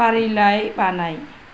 फारिलाइ बानाय